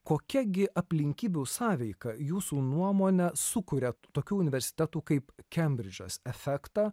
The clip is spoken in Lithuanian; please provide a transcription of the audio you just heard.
kokia gi aplinkybių sąveika jūsų nuomone sukuria tokių universitetų kaip kembridžas efektą